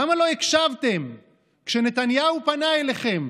למה לא הקשבתם כשנתניהו פנה אליכם